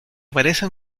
parecen